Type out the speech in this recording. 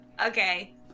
okay